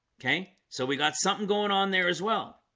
okay, so we got something going on there as well